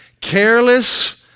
Careless